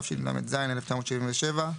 התשל"ז-1977,